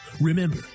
Remember